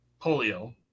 polio